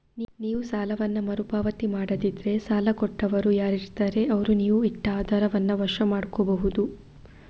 ನೀವು ಸಾಲವನ್ನ ಮರು ಪಾವತಿ ಮಾಡದಿದ್ರೆ ಸಾಲ ಕೊಟ್ಟವರು ಯಾರಿರ್ತಾರೆ ಅವ್ರು ನೀವು ಇಟ್ಟ ಆಧಾರವನ್ನ ವಶ ಮಾಡ್ಕೋಬಹುದು